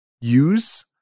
use